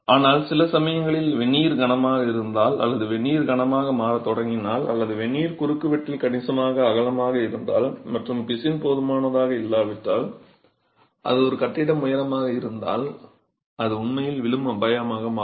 ஆனால் சில சமயங்களில் வெனீர் கனமாக இருந்தால் அல்லது வெனீர் கனமாக மாறத் தொடங்கினால் அல்லது வெனீர் குறுக்குவெட்டில் கணிசமாக அகலமாக இருந்தால் மற்றும் பிசின் போதுமானதாக இல்லாவிட்டால் அது ஒரு கட்டிடம் உயரமாக இருந்தால் அது உண்மையில் விழும் அபாயமாக மாறும்